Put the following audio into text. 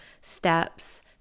steps